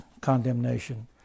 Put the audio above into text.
condemnation